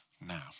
now